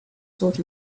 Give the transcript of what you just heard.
sort